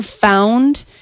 found